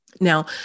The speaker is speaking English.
Now